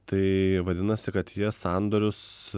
tai vadinasi kad jie sandorius